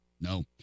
No